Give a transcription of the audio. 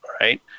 right